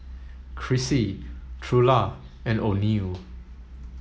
Chrissie Trula and Oneal